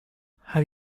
have